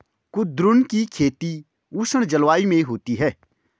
कुद्रुन की खेती उष्ण जलवायु में होती है